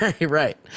Right